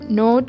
no